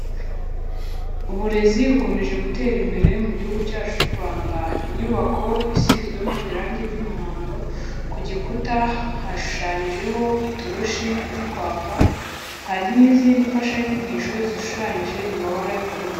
Uburezi bukomeje gutera imbere mu gihugu cyacu cy'u Rwanda, inyubako isizwemo irangi ry'umuhondo, ku gikuta hashushanyijeho itoroshi riri kwaka hari n'izindi mfashanyigisho zishushanyije mu mabara y'ubururu.